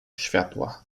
światła